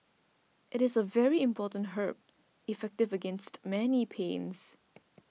it is a very important herb effective against many pains